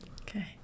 Okay